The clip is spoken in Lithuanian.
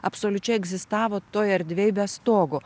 absoliučiai egzistavo toj erdvėj be stogo